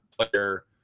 player